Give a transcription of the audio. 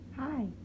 Hi